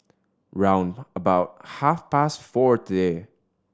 round about half past four today